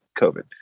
COVID